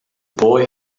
boy